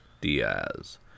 Diaz